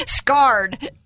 Scarred